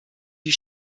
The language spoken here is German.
die